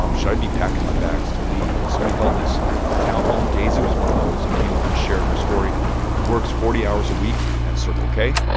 um should i be packing my bags to leave? and so we held this town hall, and daisy was one of those who came up and shared her story works forty hours a week at circle k,